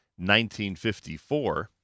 1954